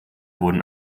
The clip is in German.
wurden